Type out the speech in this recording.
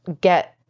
get